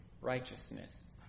righteousness